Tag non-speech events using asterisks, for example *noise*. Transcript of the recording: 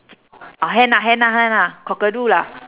*noise* or hen ah hen ah hen ah cockadoo lah